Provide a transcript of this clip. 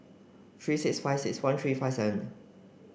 three six five six one three five seven